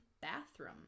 bathroom